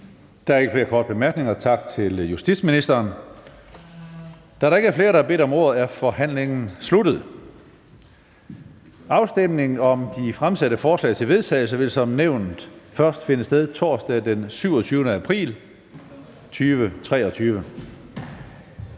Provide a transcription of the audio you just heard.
Der er ikke flere korte bemærkninger. Tak til justitsministeren. Da der ikke er flere, der har bedt om ordet, er forhandlingen sluttet. Afstemning om de fremsatte forslag til vedtagelse vil som nævnt først finde sted torsdag den 27. april 2023.